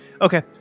Okay